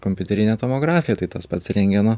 kompiuterinė tomografija tai tas pats rentgeno